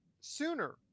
sooner